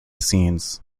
scenes